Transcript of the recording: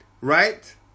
right